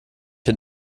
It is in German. den